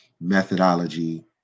methodology